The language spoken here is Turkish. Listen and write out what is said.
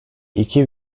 iki